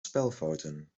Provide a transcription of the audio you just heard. spelfouten